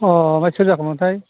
अ ओमफ्राय सोर जाखोमोनथाय